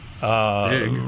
big